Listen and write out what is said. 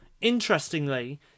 interestingly